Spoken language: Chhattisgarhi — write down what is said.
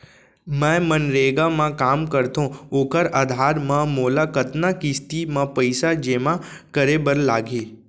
मैं मनरेगा म काम करथो, ओखर आधार म मोला कतना किस्ती म पइसा जेमा करे बर लागही?